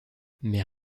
mais